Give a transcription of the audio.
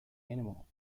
animal